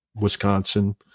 Wisconsin